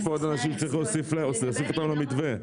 יש עוד אנשים שצריך להוסיף אותם למתווה.